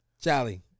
Charlie